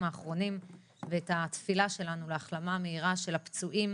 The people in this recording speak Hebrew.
האחרונים ואת התפילה שלנו להחלמה מהירה של הפצועים